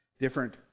Different